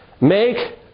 Make